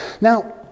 Now